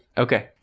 okay,